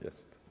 Jest.